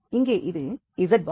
இங்கே இது z எனவே zxiy